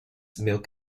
milk